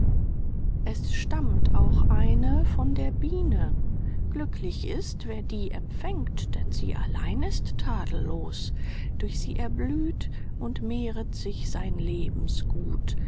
es stammt auch eine von der biene glücklich ist wer die empfängt denn sie allein ist tadellos durch sie erblüht und mehret sich sein